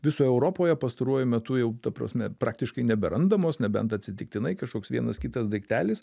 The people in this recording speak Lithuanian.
visoj europoje pastaruoju metu jau ta prasme praktiškai neberandamos nebent atsitiktinai kažkoks vienas kitas daiktelis